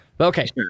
okay